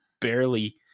barely